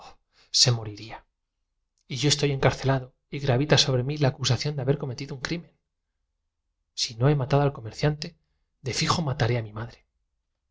sus carcelado y gravita sobre mí la acusación de haber cometido un crimen azules ojos verdadera imagen de mi desfallecida patria vi en él una si no he matado al comerciante de íijo mataré a mi madre